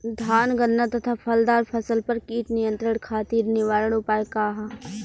धान गन्ना तथा फलदार फसल पर कीट नियंत्रण खातीर निवारण उपाय का ह?